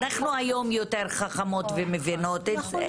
היום אנחנו יותר חכמות ומבינות את זה.